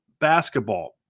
basketball